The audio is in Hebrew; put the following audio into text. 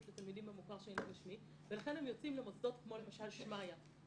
לתלמידים במוכר שאינו רשמי ולכן הם יוצאים למוסדות כמו למשל שמעיה,